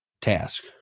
task